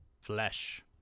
Flesh